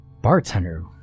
Bartender